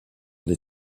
les